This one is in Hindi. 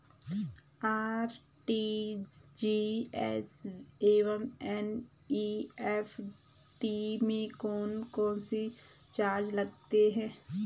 आर.टी.जी.एस एवं एन.ई.एफ.टी में कौन कौनसे चार्ज लगते हैं?